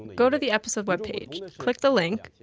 go to the episode webpage, click the link,